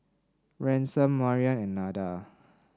Ransom Maryann and Nada